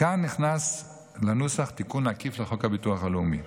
כאן נכנס לנוסח תיקון עקיף לחוק הביטוח הלאומי.